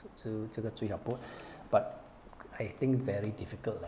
就这个最好不 but I think very difficult leh